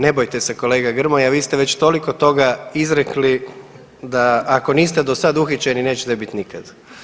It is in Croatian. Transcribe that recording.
Ne bojte se kolega Grmoja, vi ste već toliko toga izrekli, da ako niste do sad uhićeni nećete biti nikad.